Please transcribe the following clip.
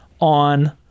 on